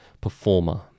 performer